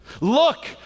Look